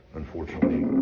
unfortunately